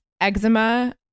eczema